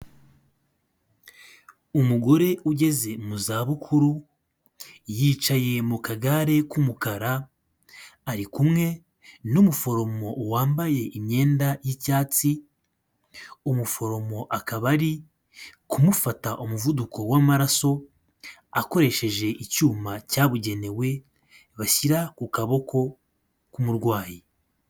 Umugore ugeze mu zabukuru, yicaye mu kagare k'umukara, ari kumwe n'umuforomo wambaye imyenda y'icyatsi, umuforomo akaba ari kumufata umuvuduko w'amaraso, akoresheje icyuma cyabugenewe bashyira ku kaboko k'umurwayi.